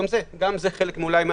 גם זה אולי חלק מהתרבות,